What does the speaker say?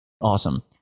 Awesome